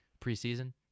preseason